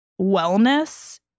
wellness